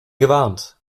gewarnt